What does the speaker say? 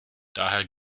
daher